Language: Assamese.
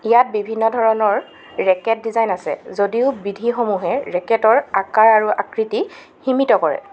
ইয়াত বিভিন্ন ধৰণৰ ৰেকেট ডিজাইন আছে যদিও বিধিসমূহে ৰেকেটৰ আকাৰ আৰু আকৃতি সীমিত কৰে